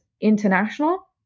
International